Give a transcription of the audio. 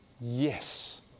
yes